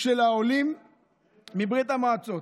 של העולים מברית המועצות.